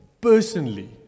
personally